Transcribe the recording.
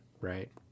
right